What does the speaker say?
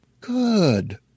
Good